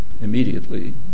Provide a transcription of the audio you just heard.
Immediately